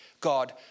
God